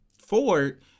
Ford